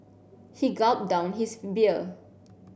he gulped down his beer